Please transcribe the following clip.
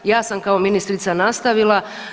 Ja sam kao ministrica nastavila.